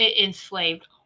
enslaved